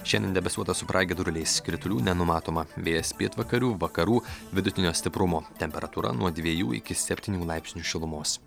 šiandien debesuota su pragiedruliais kritulių nenumatoma vėjas pietvakarių vakarų vidutinio stiprumo temperatūra nuo dviejų iki septynių laipsnių šilumos